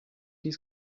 dies